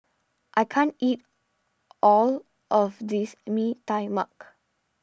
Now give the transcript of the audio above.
I can't eat all of this Mee Tai Mak